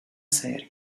serie